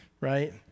right